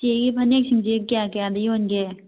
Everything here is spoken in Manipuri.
ꯆꯦꯒꯤ ꯐꯅꯦꯛꯁꯤꯡꯁꯦ ꯀꯌꯥ ꯀꯌꯥꯗ ꯌꯣꯟꯒꯦ